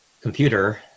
computer